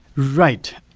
right.